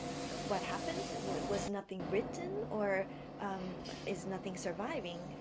what happened? was nothing written or is nothing surviving?